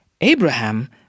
Abraham